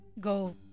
go